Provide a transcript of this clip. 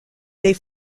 les